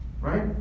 right